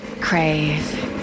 Crave